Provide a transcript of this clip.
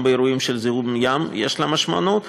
גם באירועים של זיהום ים יש לה משמעות.